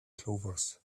clovers